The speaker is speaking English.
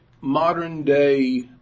modern-day